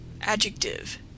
adjective